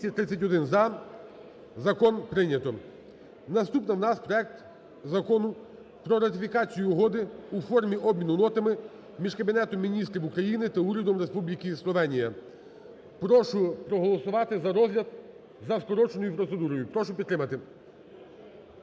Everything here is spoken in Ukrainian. Прошу проголосувати за розгляд за скороченою процедурою. Прошу підтримати.